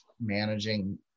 managing